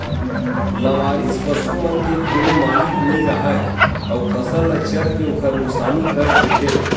लवारिस पसू मन के कोनो मालिक नइ राहय अउ फसल ल चर के ओखर नुकसानी कर देथे